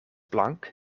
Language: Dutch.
blanc